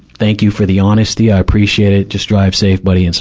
thank you for the honesty. i appreciate it. just drive safe, buddy. and